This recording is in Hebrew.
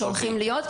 שהולכים להתקיים,